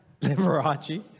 Liberace